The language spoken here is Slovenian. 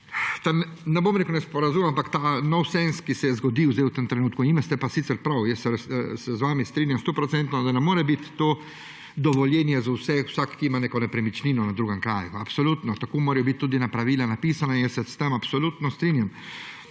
ne bom rekel nesporazum, ampak ta nonsens, ki se je zgodil v tem trenutku. Imate pa sicer prav, jaz se 100-procentno strinjam z vami, da ne more biti to dovoljenje za vsakega, ki ima neko nepremičnino v drugem kraju. Absolutno. Tako morajo biti tudi pravila napisana in jaz se s tem absolutno strinjam.